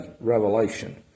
Revelation